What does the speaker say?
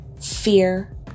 fear